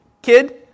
Kid